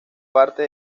parte